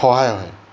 সহায় হয়